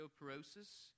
osteoporosis